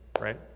right